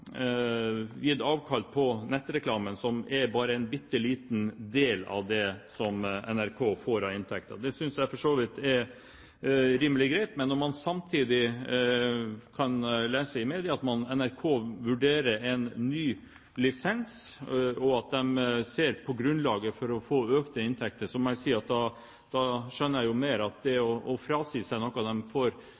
gitt avkall på nettreklame, som utgjør bare en bitte liten del av det NRK får av inntekter. Det synes jeg for så vidt er rimelig greit. Men når man samtidig kan lese i media at NRK vurderer en ny lisens, og at de ser på grunnlaget for å få økte inntekter, må jeg si at da skjønner jeg jo mer av det, at det å frasi seg noe de får